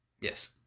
Yes